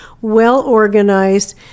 well-organized